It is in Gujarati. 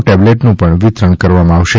ટેબ્લેટ નું પણ વિતરણ કરવામાં આવશે